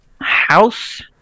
House